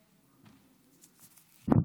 בבקשה, אדוני.